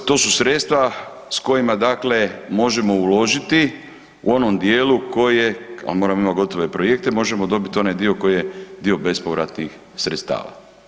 I to su sredstva s kojima, dakle, možemo uložiti u onom dijelu, a moramo imati gotove projekte, možemo dobiti onaj dio koji je dio bespovratnih sredstava.